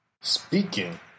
Speaking